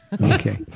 Okay